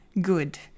good